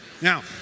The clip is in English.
Now